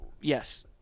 Yes